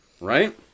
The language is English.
Right